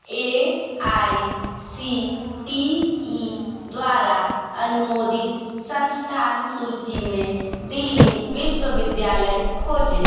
A I C T E द्वारा अनुमोदित संस्थान सूची में दिल्ली विश्वविद्यालय खोजें